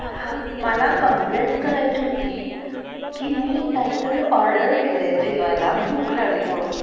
हां मला कम्प्लेंट करायची होती की मी काहीतरी ऑर्डर केलं आहे जेवायला भूक लागली म्हणून